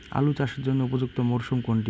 আলু চাষের জন্য উপযুক্ত মরশুম কোনটি?